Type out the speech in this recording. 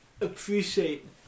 appreciate